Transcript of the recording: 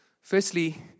Firstly